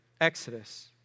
Exodus